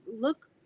look